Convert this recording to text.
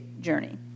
journey